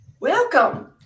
Welcome